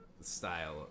style